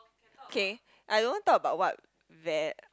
okay